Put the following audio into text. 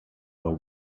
war